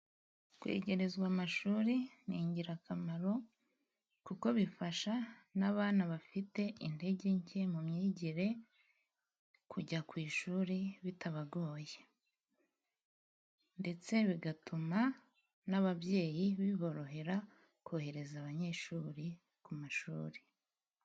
Kwegerezwa amashuri ni ingirakamaro kuko bifasha n'abana bafite intege nke mu myigire kujya ku ishuri bitabagoye, ndetse bigatuma n'ababyeyi biborohera kohereza abanyeshuri ku mashuri.